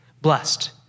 Blessed